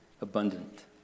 abundant